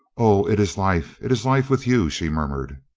oh, it is life, it is life with you, she murmured.